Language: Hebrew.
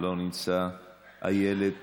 לא נמצא, איילת